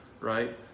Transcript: Right